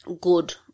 good